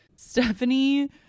Stephanie